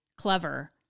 clever